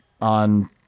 on